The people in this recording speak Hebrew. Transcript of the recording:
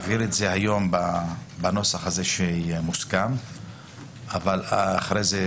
נעביר את זה היום בנוסח שמוסכם אבל אחרי זה,